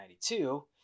1992